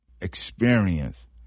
experience